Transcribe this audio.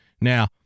Now